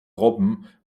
robben